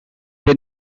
the